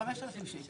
עד 5,000 שקל.